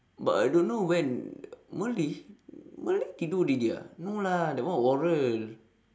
but I don't know when malay malay they do already ah no lah that one oral